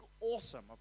awesome